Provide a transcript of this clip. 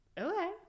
okay